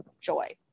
joy